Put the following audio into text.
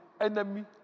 enemy